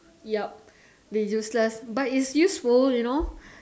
yep the useless but is useful you know